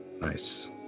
nice